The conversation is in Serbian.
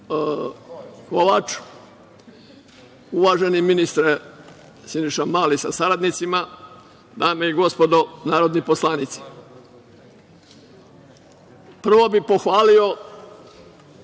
Kovač, uvažene ministre Siniša Mali sa saradnicima, dame i gospodo narodni poslanici, prvo bih pohvalio